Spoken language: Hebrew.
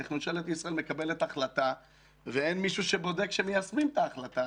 איך ממשלת ישראל מקבלת החלטה ואין מישהו שבודק שמיישמים את ההחלטה.